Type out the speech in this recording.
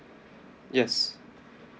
yes